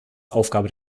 aufgabe